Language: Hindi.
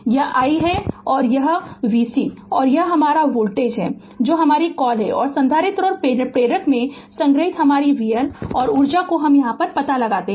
यह i है और यह vC है और यह हमारा वोल्टेज है जो आपकी कॉल है और संधारित्र और प्रेरक में संग्रहीत हमारी v L और ऊर्जा को यह पता लगाना है